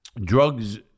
drugs